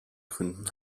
gründen